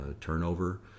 turnover